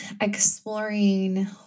exploring